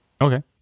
okay